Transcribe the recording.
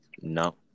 no